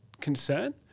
concern